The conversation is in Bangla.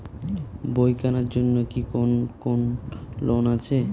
বই কেনার জন্য কি কোন লোন আছে?